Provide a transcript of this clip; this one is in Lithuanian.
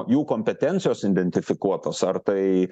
jų kompetencijos identifikuotos ar tai